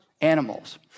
animals